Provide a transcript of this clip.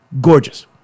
gorgeous